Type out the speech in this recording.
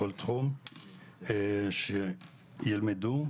נכון לעזור לסטודנטים כמעט בכל תחום שילמדו,